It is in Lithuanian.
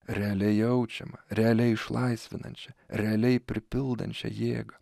realiai jaučiamą realiai išlaisvinančią realiai pripildančią jėgą